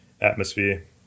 atmosphere